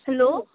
hello